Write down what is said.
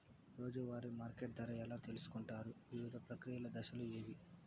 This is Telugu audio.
రోజూ వారి మార్కెట్ ధర ఎలా తెలుసుకొంటారు వివిధ ప్రక్రియలు దశలు ఏవి?